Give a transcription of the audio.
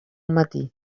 matí